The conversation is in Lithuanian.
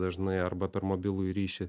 dažnai arba per mobilųjį ryšį